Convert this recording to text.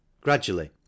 Gradually